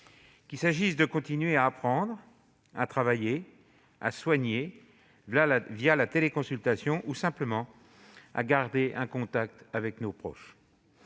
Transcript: qu'il s'agisse de continuer à apprendre, à travailler, à se soigner la téléconsultation, ou simplement de garder un contact avec nos proches.